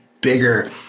bigger